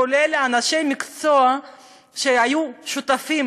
כולל אנשי המקצוע שהיו שותפים